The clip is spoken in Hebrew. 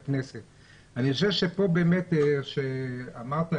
אני חושב שאמרת,